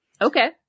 Okay